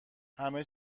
همه